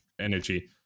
energy